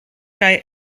kaj